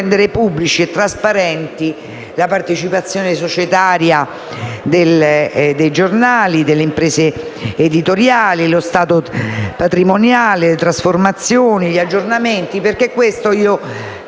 pubblici e trasparenti la partecipazione societaria dei giornali e delle imprese editoriali, il loro stato patrimoniale, le trasformazioni e gli aggiornamenti. Credo che questo